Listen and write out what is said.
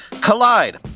Collide